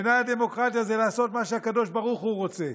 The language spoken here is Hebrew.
בעיניי הדמוקרטיה זה לעשות מה שהקדוש ברוך הוא רוצה.